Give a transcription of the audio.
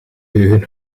geheugen